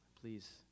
Please